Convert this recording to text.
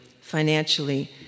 financially